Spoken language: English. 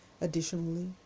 Additionally